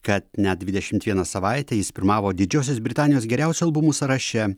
kad net dvidešimt vieną savaitę jis pirmavo didžiosios britanijos geriausių albumų sąraše